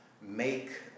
make